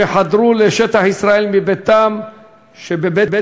שחדרו לשטח ישראל מביתם שבבית-לקיא.